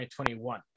2021